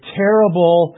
terrible